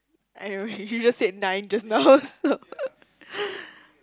I know already he just said nine just now so